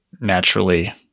naturally